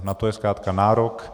Na to je zkrátka nárok.